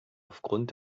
aufgrund